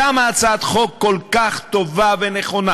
למה הצעת חוק כל כך טובה ונכונה,